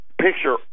picture